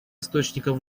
источником